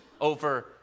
over